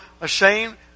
ashamed